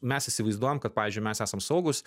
mes įsivaizduojam kad pavyzdžiui mes esam saugūs